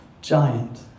giant